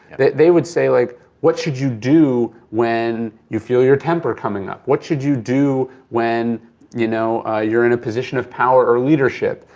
they would say like what should you do when you feel your temper coming up? what should you do when you know you're in a position of power or leadership?